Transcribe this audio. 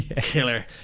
killer